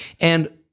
And-